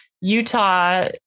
Utah